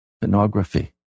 Pornography